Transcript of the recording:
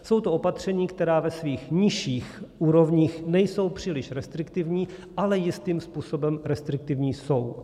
Jsou to opatření, která ve svých nižších úrovních nejsou příliš restriktivní, ale jistým způsobem restriktivní jsou.